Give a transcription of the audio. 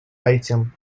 item